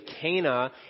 Cana